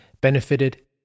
benefited